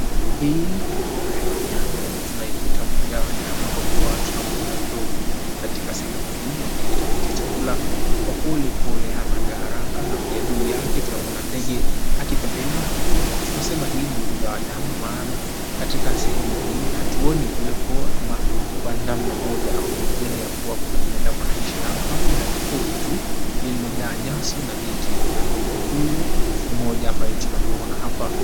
Hii ni mbuga ya wanyama. Tunaiita mbuga ya wanyama kwa kuwa tunamuona ndovu katika sehemu hii akijitafutia chakula kwa pole pole hanaga haraka. Na pia juu yake tunamwona ndege akipepea akipita. Tunasema hii ni mbuga ya wanyama, maana katika sehemu hii hatuoni uwepo, ama kwa namna moja au nyingine, ya kuwa kuna binadamu anaishi hapa ila ni pori tu lililojaa nyasi na miti na ndovu huyu mmoja ambaye tunamuona hapa.